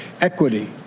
equity